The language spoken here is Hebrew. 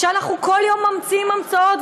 שאנחנו כל יום ממציאים המצאות.